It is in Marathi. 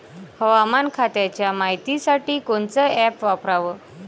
हवामान खात्याच्या मायतीसाठी कोनचं ॲप वापराव?